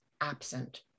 absent